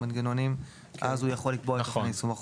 מנגנונים אז הוא יכול לקבוע את אופן יישום החובות.